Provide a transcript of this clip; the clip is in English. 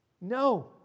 No